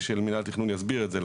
מינהל התכנון גם יסביר את זה.